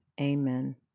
Amen